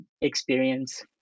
experience